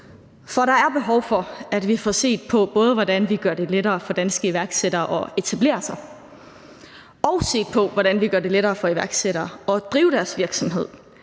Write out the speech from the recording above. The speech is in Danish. for der er behov for, at vi får set på, både hvordan vi gør det lettere for danske iværksættere at etablere sig, og hvordan vi gør det lettere for iværksættere at drive deres virksomhed.